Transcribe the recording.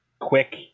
quick